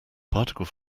particle